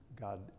God